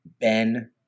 Ben